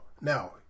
Now